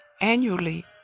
Annually